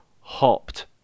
hopped